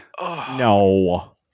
No